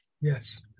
Yes